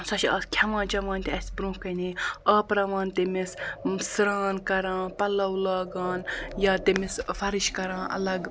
سۄ چھِ آز کھٮ۪وان چٮ۪وان تہِ اَسہِ برٛونٛہہ کَنہِ آپراوان تٔمِس سرٛان کَران پَلو لاگان یا تٔمِس فَرٕش کَران اَلگ